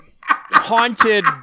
haunted